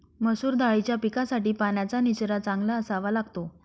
मसूर दाळीच्या पिकासाठी पाण्याचा निचरा चांगला असावा लागतो